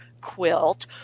quilt